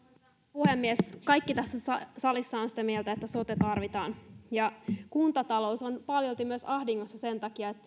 puhemies kaikki tässä salissa ovat sitä mieltä että sote tarvitaan ja kuntatalous on paljolti myös ahdingossa sen takia että